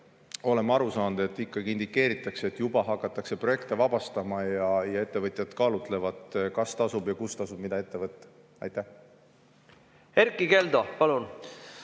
olen ma aru saanud, indikeeritakse, et juba hakatakse projekte vabastama, ja ettevõtjad kaalutlevad, kas tasub ja kus tasub mida ette võtta. Aitäh, hea küsija!